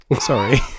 Sorry